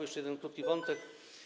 Jeszcze jeden krótki wątek.